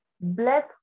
Bless